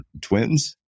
twins